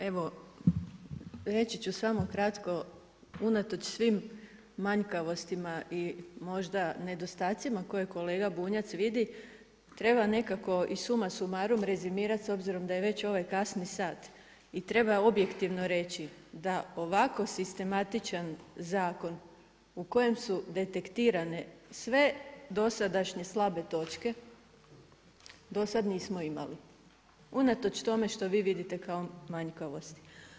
Evo reći ću samo kratko, unatoč svim manjkavostima i možda nedostacima koje kolega Bunjac vidi, treba nekako i summa summrum rezimirati s obzirom da je već ovaj kasni sat i treba objektivno reći da ovako sistematičan zakon u kojem su detektirane sve dosadašnje slabe točke, do sada nismo imali, unatoč tome što vi vidite kao manjkavosti.